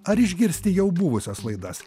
ar išgirsti jau buvusias laidas